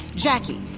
jacki,